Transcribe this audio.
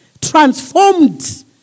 transformed